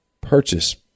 purchase